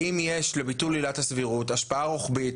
האם יש לביטול עילת הסבירות השפעה רוחבית,